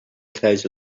close